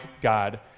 God